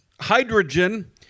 Hydrogen